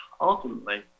ultimately